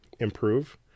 improve